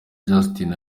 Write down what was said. justin